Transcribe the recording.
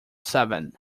seven